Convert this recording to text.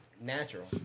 natural